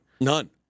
None